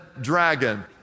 dragon